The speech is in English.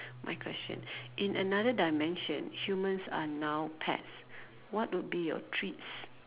my question in another dimension humans are now pets what would be your treats